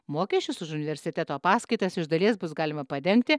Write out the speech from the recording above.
mokesčius už universiteto paskaitas iš dalies bus galima padengti